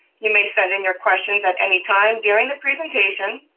you may send in your questions at any time during the presentation,